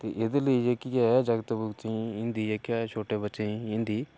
ते एह्दे लेई जेह्की ऐ जागतें जुगतें हिंदी जेह्की ऐ छोटे बच्चें गी हिंदी